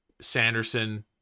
Sanderson